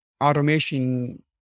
automation